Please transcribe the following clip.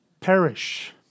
perish